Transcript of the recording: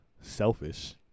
selfish